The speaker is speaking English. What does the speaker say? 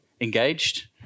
engaged